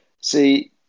See